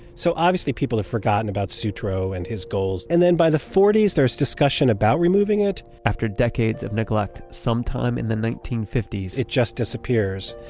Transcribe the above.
so obviously people have forgotten about sutro and his goals. and then by the forty s, there's discussion about removing it after decades of neglect, sometime in the nineteen fifty s, it just disappears.